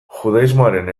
judaismoaren